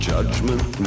Judgment